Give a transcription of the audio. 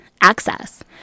access